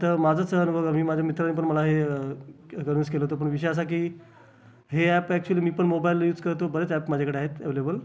तर माझंच अनुभव बघा मी माझ्या मित्रांनी पण मला हे कन्व्हिन्स केलं होतं पण विषय असा की हे ॲप ॲक्च्युली मी पण मोबाईल युज करतो बऱ्याच ॲप माझ्याकडे आहेत ॲवेलेबल